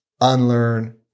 unlearn